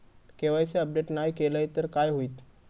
KYC update नाय केलय तर काय होईत?